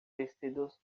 vestidos